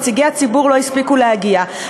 נציגי הציבור לא הספיקו להגיע.